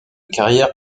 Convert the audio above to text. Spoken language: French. carrière